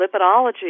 lipidology